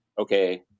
okay